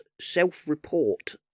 self-report